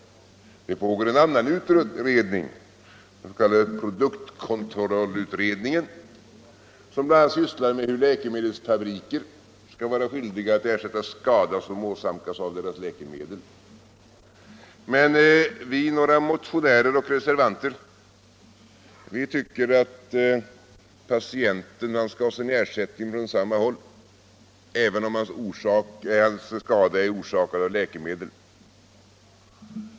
Det pågår en annan utredning — den s.k. produktkontrollutredningen — som bl.a. sysslar med hur läkemedelsfabriker skall vara skyldiga att ersätta skada som åsamkats av deras läkemedel. Vi, några motionärer och reservanter, tycker att patienterna skall ha sin ersättning från samma håll, även om skadan är orsakad av läkemedel.